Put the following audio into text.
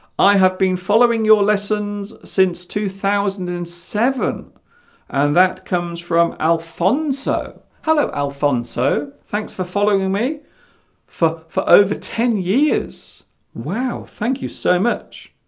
i have been following your lessons since two thousand and seven and that comes from alphonso hello alfonso thanks for following me for for over ten years wow thank you so much